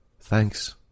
Thanks